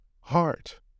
heart